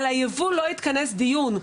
על הייבוא לא התכנס דיון.